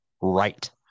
right